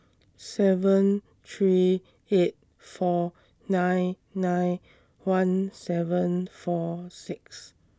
seven three eight four nine nine one seven four six